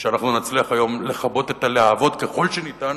שאנחנו נצליח היום לכבות את הלהבות ככל שניתן.